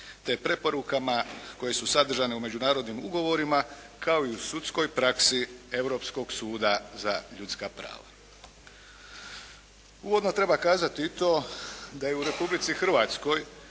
te preporukama koje su sadržane u međunarodnim ugovorima kao i u sudskoj praksi Europskog suda za ljudska prava. Uvodno treba kazati i to da je u Republici Hrvatskoj